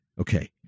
Okay